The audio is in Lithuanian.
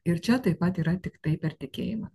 ir čia taip pat yra tiktai per tikėjimą